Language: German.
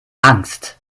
angst